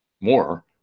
more